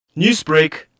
Newsbreak